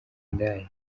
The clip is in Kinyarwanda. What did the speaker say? indaya